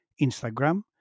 Instagram